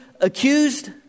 accused